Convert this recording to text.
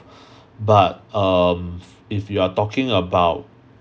but um if you are talking about